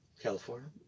California